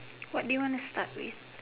what do you want to start with